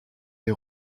des